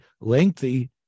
lengthy